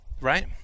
Right